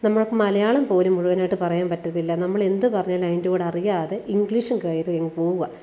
നമ്മള്ക്ക് മലയാളം പോലും മുഴുവനായിട്ട് പറയാമ്പറ്റത്തില്ല നമ്മളെന്ത് പറഞ്ഞാലും അതിന്റെ കൂടെ അറിയാതെ ഇംഗ്ലീഷും കയറിയങ്ങ് പോവുകയാണ്